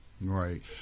Right